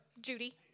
Judy